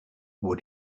what